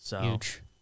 Huge